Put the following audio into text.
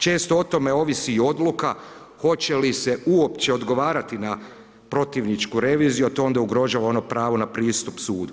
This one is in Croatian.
Često o tome ovisi i odluka hoće li se uopće odgovarati na protivničku reviziju a to onda ugrožava ono pravo na pristup sudu.